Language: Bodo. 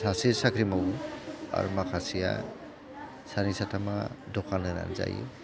सासे साख्रि मावो आरो माखासेया सानै साथामा दखान होनानै जायो